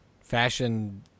fashion